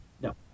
No